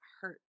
hurt